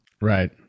Right